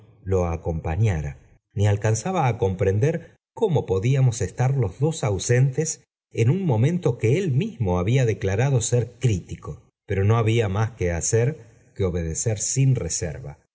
lo acompañara ni alcanzaba á coltíprondor cómo podíamos estar los dos ausentes en un momento que él mismo había declarado ser crítico ivro no había más quo hacer que obedecer sin reserva